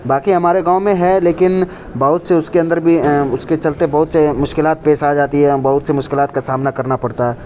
باقی ہمارے گاؤں میں ہے لیکن بہت سے اس کے اندر بھی اس کے چلتے بہت سے مشکلات پیش آ جاتی ہیں بہت سے مشکلات کا سامنا کرنا پڑتا ہے